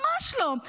ממש לא.